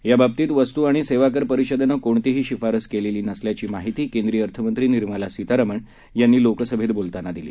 याबातीत वस्तू आणि सेवाकर परिषदेनं कोणतीही शिफारस केलली नसल्याची माहिती केंद्रीय अर्थमंत्री निर्मला सीतारामण यांनी लोकसभेत बोलताना दिली